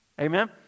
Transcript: Amen